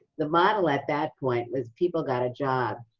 the model at that point was people got a job,